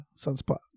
Sunspot